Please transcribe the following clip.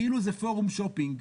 כאילו זה פורום שופינג,